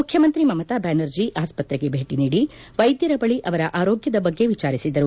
ಮುಖ್ಯಮಂತ್ರಿ ಮಮತಾ ಬ್ಯಾನರ್ಜಿ ಆಸ್ಪತ್ರೆಗೆ ಭೇಟಿ ನೀಡಿ ವೈದ್ಯರ ಬಳಿ ಅವರ ಆರೋಗ್ಯದ ಬಗ್ಗೆ ವಿಚಾರಿಸಿದರು